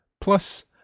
plus